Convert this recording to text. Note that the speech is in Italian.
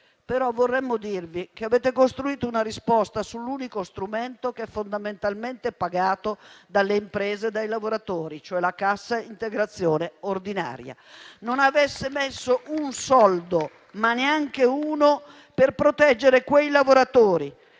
onorevoli colleghi, che avete costruito una risposta sull'unico strumento che è fondamentalmente pagato dalle imprese e dai lavoratori, cioè la cassa integrazione ordinaria. Non avete messo un soldo, neanche uno, per proteggere quei lavoratori